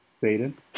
satan